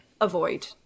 avoid